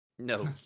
No